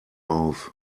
auf